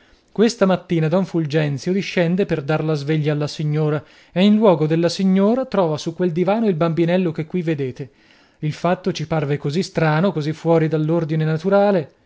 questa mattina don fulgenzio discende per dar la sveglia alla signora e in luogo della signora trova su quel divano il bambinello che qui vedete il fatto ci parve così strano così fuori dell'ordine naturale